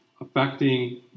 affecting